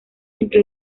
entre